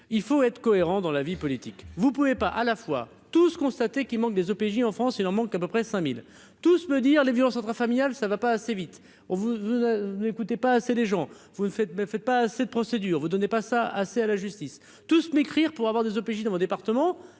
il faut être cohérent dans la vie politique, vous pouvez pas à la fois tous constaté qu'il manque des OPJ en France, il en manque à peu près cinq mille tous me dire les violences intra-familiales, ça ne va pas assez vite, on vous n'écoutez pas assez les gens vous faites ne fait pas cette procédure, vous donnez pas ça, ah, c'est à la justice tous m'écrire pour avoir des OPJ dans mon département